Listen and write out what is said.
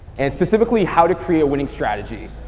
and, specifically, how to create a winning strategy,